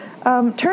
Turn